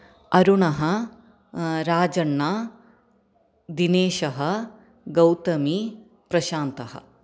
अरुणः राजण्णा दिनेशः गौतमी प्रशान्तः